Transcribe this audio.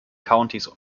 countys